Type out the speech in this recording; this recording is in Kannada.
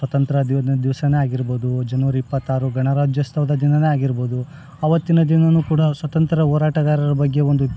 ಸ್ವತಂತ್ರ ದಿವ ದಿವ್ಸವೇ ಆಗಿರಬೌದು ಜನವರಿ ಇಪ್ಪತ್ತಾರು ಗಣರಾಜ್ಯೋತ್ಸವದ ದಿನಾವೇ ಆಗಿರಬೌದು ಆವತ್ತಿನ ದಿನವೂ ಕೂಡ ಸ್ವತಂತ್ರ ಹೋರಾಟಗಾರರ ಬಗ್ಗೆ ಒಂದು